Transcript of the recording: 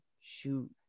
shoot